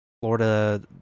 Florida